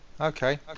Okay